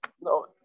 no